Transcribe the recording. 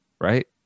Right